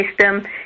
system